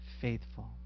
faithful